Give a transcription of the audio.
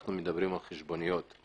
אנחנו מדברים על חשבוניות.